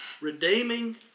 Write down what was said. redeeming